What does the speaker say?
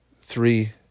Three